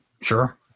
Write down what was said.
Sure